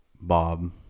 Bob